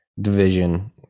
Division